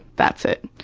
that's it.